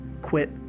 quit